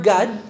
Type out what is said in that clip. God